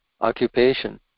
occupation